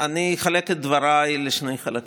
אני אחלק את דבריי לשני חלקים,